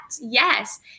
Yes